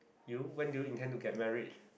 you when do you intend to get married